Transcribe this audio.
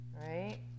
right